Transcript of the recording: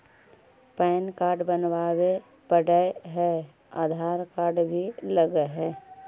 Pan card बनावे पडय है आधार कार्ड भी लगहै?